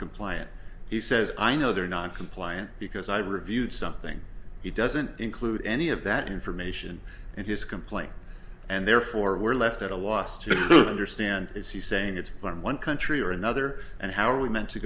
compliant he says i know they're not compliant because i've reviewed something he doesn't include any of that information and his complaint and therefore we're left at a loss to understand is he saying it's been one country or another and how are we meant to